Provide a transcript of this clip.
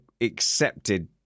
accepted